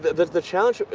the challenge,